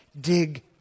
Dig